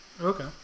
Okay